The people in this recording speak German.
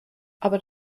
aber